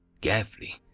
carefully